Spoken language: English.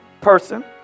person